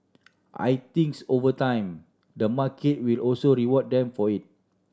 I thinks over time the market will also reward them for it